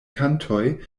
kantoj